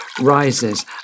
rises